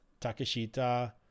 Takeshita